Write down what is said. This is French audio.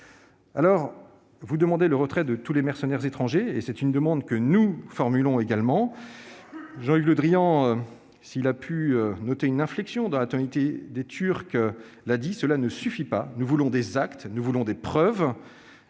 même. Vous demandez le retrait de tous les mercenaires étrangers, c'est déjà une requête que nous formulons également. Jean-Yves Le Drian, s'il a pu noter une inflexion chez les Turcs, l'a rappelé : cela ne suffit pas, nous voulons des actes, nous voulons des preuves !